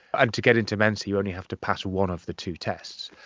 and to get into mensa you only have to pass one of the two tests.